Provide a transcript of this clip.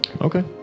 Okay